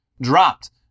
dropped